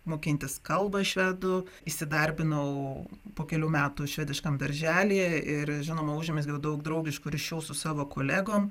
mokintis kalbą švedų įsidarbinau po kelių metų švediškam darželyje ir žinoma užmezgiau daug draugiškų ryšių su savo kolegom